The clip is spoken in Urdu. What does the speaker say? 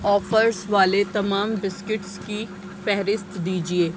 آفرس والے تمام بسکٹس کی فہرست دیجیے